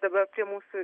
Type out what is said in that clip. dabar prie mūsų